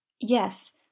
Yes